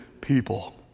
people